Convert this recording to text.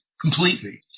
Completely